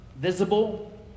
visible